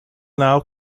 now